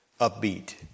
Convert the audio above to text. upbeat